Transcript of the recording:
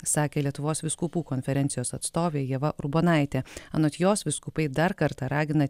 sakė lietuvos vyskupų konferencijos atstovė ieva urbonaitė anot jos vyskupai dar kartą ragina